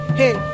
hey